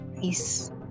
Peace